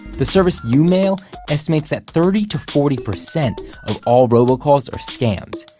the service youmail estimates that thirty to forty percent of all robocalls are scams.